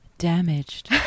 damaged